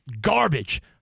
Garbage